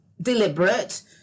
deliberate